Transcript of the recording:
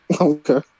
Okay